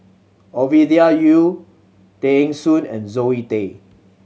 Ovidia Yu Tay Eng Soon and Zoe Tay